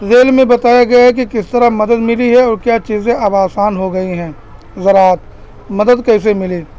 rail میں بتایا گیا ہے کہ کس طرح مدد ملی ہے اور کیا چیزیں آب آسان ہو گئی ہیں زراعت مدد کیسے ملی